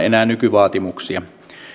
enää nykyvaatimuksia